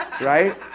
right